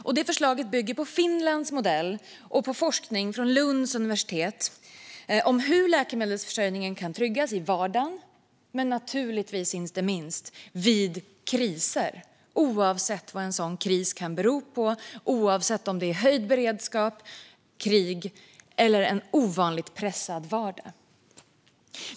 Detta förslag bygger på Finlands modell och på forskning från Lunds universitet om hur läkemedelsförsörjningen kan tryggas i vardagen och - naturligtvis - inte minst vid kriser, oavsett vad en sådan kris kan bero på och oavsett om det rör sig om höjd beredskap, krig eller en ovanligt pressad vardag.